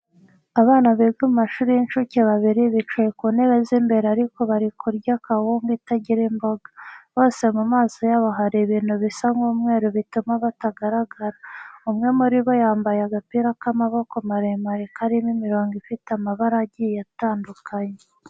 Abana biga mu mashuri y'inshuke babiri bicaye ku ntebe z'imbere ariko bari kurya kawunga itagira imboga. Bose mu maso yabo hari ibintu bisa nk'umweru bituma batagaragara. Umwe muri bo yambaye agapira k'amaboko maremare karimo imirongo ifite amabara agiye ayndukanye.